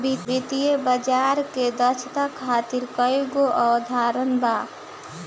वित्तीय बाजार के दक्षता खातिर कईगो अवधारणा बा